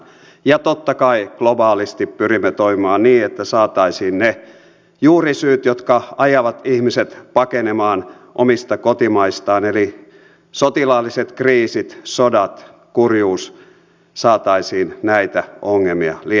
ja totta kai globaalisti pyrimme toimimaan niin että saataisiin niitä juurisyitä jotka ajavat ihmiset pakenemaan omista kotimaistaan eli sotilaallisia kriisejä sotia kurjuutta näitä ongelmia lievitettyä